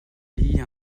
lit